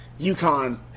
UConn